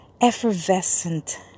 effervescent